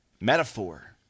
metaphor